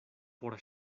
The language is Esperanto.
por